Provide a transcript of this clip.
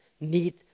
need